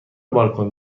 بالکن